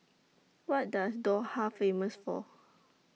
What dose Doha Famous For